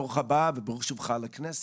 ברוך הבא וברוך שובך לכנסת,